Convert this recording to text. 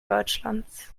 deutschlands